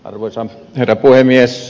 arvoisa herra puhemies